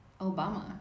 Obama